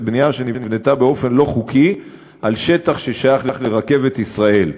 בנייה שנבנתה באופן לא חוקי על שטח ששייך לרכבת ישראל.